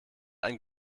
ein